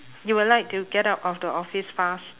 you will like to get out of the office fast